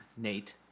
Nate